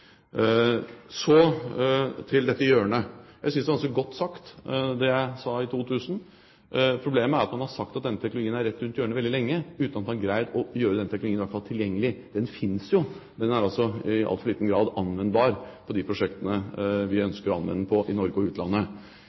Så til dette «hjørnet». Jeg synes det var ganske godt sagt det jeg sa i 2000. Problemet er at man har sagt at denne teknologien er rett rundt hjørnet veldig lenge, uten at man har greid å gjøre denne teknologien tilgjengelig. Den finnes jo, men den er i altfor liten grad anvendbar på de prosjektene vi ønsker å anvende den på i Norge og utlandet.